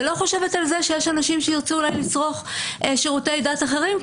ולא חושבת על זה שיש אנשים שירצו אולי לצרוך שירותי דת אחרים,